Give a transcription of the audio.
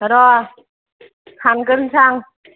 र' सानगोरसां